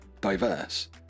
diverse